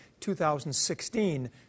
2016